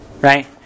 Right